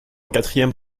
quatrième